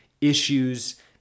issues